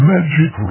Magic